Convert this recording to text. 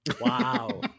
Wow